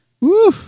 woo